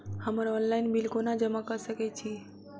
हम्मर online bill कोना जमा कऽ सकय छी?